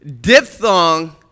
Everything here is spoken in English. diphthong